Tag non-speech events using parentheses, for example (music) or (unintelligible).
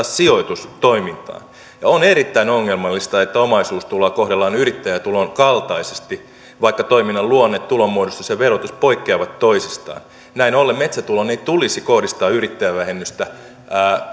(unintelligible) sijoitustoimintaan on erittäin ongelmallista että omaisuustuloa kohdellaan yrittäjätulon kaltaisesti vaikka toiminnan luonne tulonmuodostus ja verotus poikkeavat toisistaan näin ollen metsätuloon ei tulisi kohdistaa yrittäjävähennystä